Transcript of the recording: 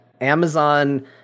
Amazon